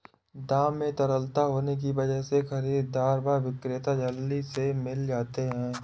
दाम में तरलता होने की वजह से खरीददार व विक्रेता जल्दी से मिल जाते है